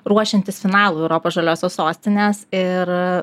ruošiantis finalui europos žaliosios sostinės ir